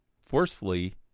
forcefully